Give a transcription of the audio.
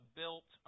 built